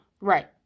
Right